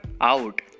out